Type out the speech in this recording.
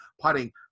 putting